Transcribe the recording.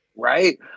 Right